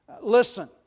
Listen